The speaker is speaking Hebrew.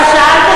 אתה שאלת